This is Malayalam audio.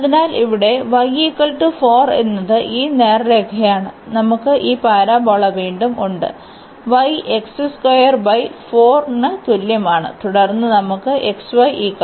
അതിനാൽ ഇവിടെ y 4 എന്നത് ഈ നേർരേഖയാണ് നമുക്ക് ഈ പരാബോള വീണ്ടും ഉണ്ട് y ന് തുല്യമാണ് തുടർന്ന് നമുക്ക് xy 2